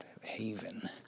haven